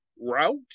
route